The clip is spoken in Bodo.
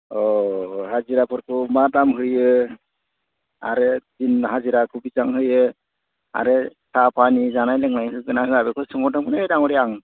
औ हाजिराफोरखौ मा दाम होयो आरो दिन हाजिराखौ बेसां होयो आरो साहा पानि जानाय लोंनाय होगोन होआ बेखौ सोंहरदोंमोनलै दाङ'रिया आं